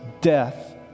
death